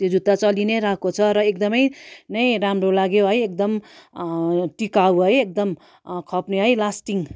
त्यो जुत्ता चलि नै रहेको छ र एकदमै नै राम्रो लाग्यो है एकदम टिकाउ है एकदम खप्ने है लास्टिङ